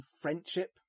friendship